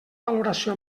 valoració